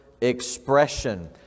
expression